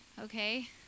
okay